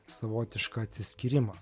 savotišką atsiskyrimą